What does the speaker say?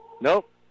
Nope